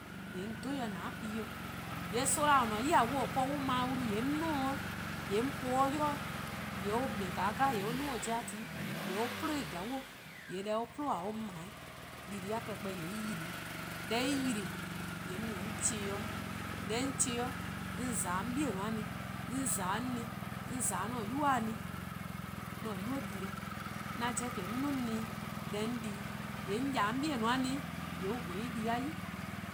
:Yee' 'on dhe-ih 'o :nane-dih. :yee' soma' :or :ne-a 'tior :or po-a ma-' wlu :yee' 'on 'duo-or 'weh :yee' 'on po-or 'de 'yli 'weh, :yeh or 'kpa 'o deh 'jeh yee' or 'duo: or 'jeh-a ti-' 'de or 'plun :glaa'on, :yee' deh or 'plun-a :yee' or ma-', dii-deh+-a klehkpeh :yee' en yli-'. Deh en yli-a, :yee' 'on mu 'on za-ih 'yli, deh 'on za-ih-a 'yli, 'on :za 'o 'on 'bei'-a ne, 'on :za 'o 'an ne, 'on :za 'on 'an 'nynuu-a ne, 'an-a 'nynuu-a di deh, 'an 'jeh :ke deh 'on 'duo: 'an ne-' 'on di-a, :yee' 'on :ya 'de 'on 'bei'-a ne 'weh, on :gweh en di-a 'i.